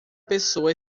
pessoa